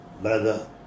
brother